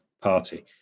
party